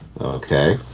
Okay